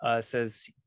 says